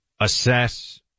assess